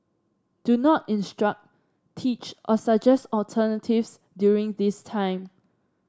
do not instruct teach or suggest alternatives during this time